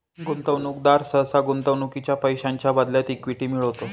गुंतवणूकदार सहसा गुंतवणुकीच्या पैशांच्या बदल्यात इक्विटी मिळवतो